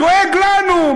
דואג לנו,